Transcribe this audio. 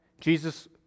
Jesus